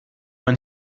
man